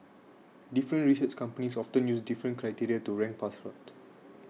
different research companies often use different criteria to rank passports